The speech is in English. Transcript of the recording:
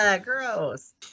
Gross